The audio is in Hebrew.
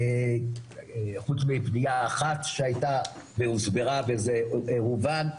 חוץ מפנייה אחת שהיתה והוסברה וזה הובן,